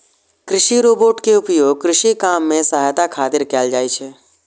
कृषि रोबोट के उपयोग कृषि काम मे सहायता खातिर कैल जाइ छै